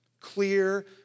Clear